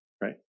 right